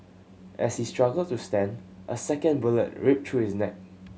as he struggled to stand a second bullet ripped through his neck